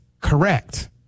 correct